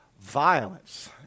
violence